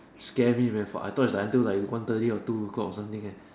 scare me man for I thought it was like until like one thirty or two o-clock or something eh